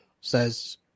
says